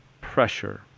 pressure